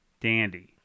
Dandy